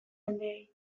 jendeei